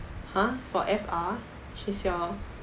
!huh! for F_R she is your